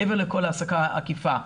מעבר לכל העסקה עקיפה,